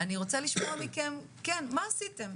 אני רוצה לשמוע מכם מה עשיתם,